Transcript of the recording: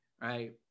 right